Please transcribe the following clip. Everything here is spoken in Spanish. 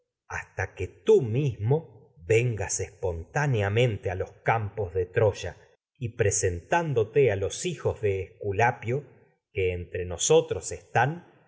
hasta que tú mismo tragedias de sófocles vengas espontáneamente a los campos de troya y pre a sentándote los hijos de esculapio que entre nosotros están